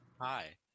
Hi